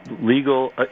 legal